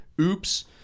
oops